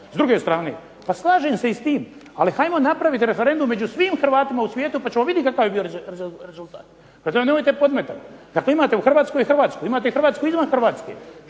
S druge strane pa slažem se i s tim, ali hajmo napraviti referendum među svim Hrvatima u svijetu pa bi vidjeli kakav bi bio rezultat. Dakle, nemojte podmetati. Dakle, imate Hrvatskoj Hrvatsku, imate Hrvatsku izvan Hrvatske.